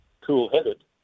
cool-headed